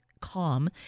calm